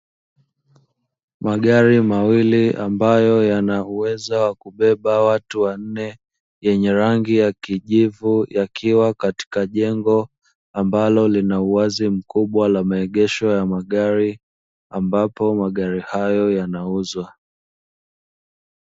Magari mawili ambayo yanauwezo wa kubeba watu wa nne yenye rangi ya kijivu yakiwa katika jengo, ambalo lina uwazi mkubwa la maegesho ya magari ambapo magari hayo yanauzwa.